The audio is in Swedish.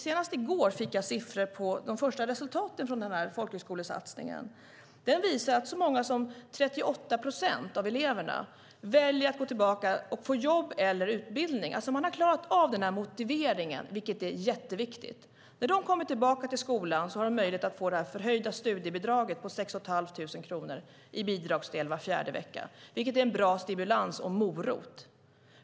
Senast i går fick jag siffror på de första resultaten från folkhögskolesatsningen. Den visar att så många som 38 procent av eleverna väljer att gå tillbaka och få jobb eller utbildning. De har fått motivation, vilket är jätteviktigt. När de kommer tillbaka till skolan har de möjlighet att få det förhöjda studiebidraget på 6 500 kronor i bidragsdel var fjärde vecka, vilket är en bra stimulans och en morot.